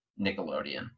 Nickelodeon